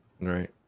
Right